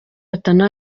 bwana